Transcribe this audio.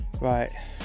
Right